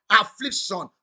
affliction